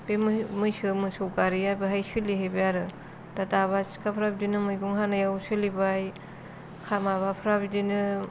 बे मैसो मोसौ गारिया बेहाय सोलिहैबाय आरो दा दाबा सिखाफोराबो बिदिनो मैगं हानायाव सोलिबाय माबाफ्रा बिदिनो